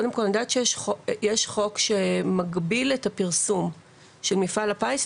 אני יודעת שיש חוק שמגביל את הפרסום של מפעל הפיס,